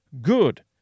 Good